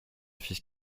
fils